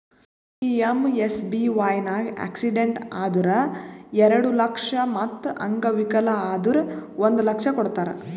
PMSBY ನಾಗ್ accident ಆದುರ್ ಎರಡು ಲಕ್ಷ ಮತ್ ಅಂಗವಿಕಲ ಆದುರ್ ಒಂದ್ ಲಕ್ಷ ಕೊಡ್ತಾರ್